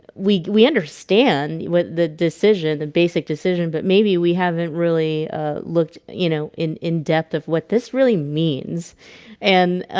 we we understand what the decision the basic decision but maybe we haven't really looked you know in in depth of what this really means and